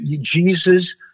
Jesus